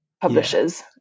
publishers